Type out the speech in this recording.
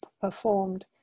performed